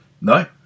No